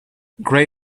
grey